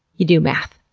you do math!